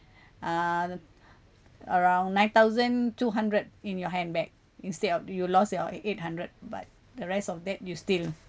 uh around nine thousand two hundred in your handbag instead of you lost your eight hundred but the rest of that you still